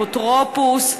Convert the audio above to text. אפוטרופוס,